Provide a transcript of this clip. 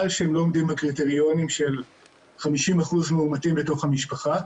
שהם לא עומדים בקריטריונים של 50% מאומתים בתוך המשפחה,